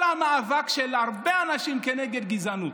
כל המאבק של הרבה אנשים כנגד גזענות.